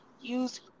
use